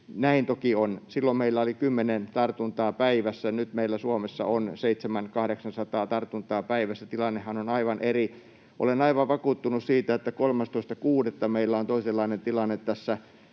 Näin toki on. Silloin meillä oli kymmenen tartuntaa päivässä. Nyt meillä Suomessa on 700—800 tartuntaa päivässä. Tilannehan on aivan eri. Olen aivan vakuuttunut siitä, että 13.6. meillä on toisenlainen tilanne tässä